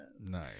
Nice